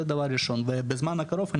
זה דבר ראשון בזמן הקרוב,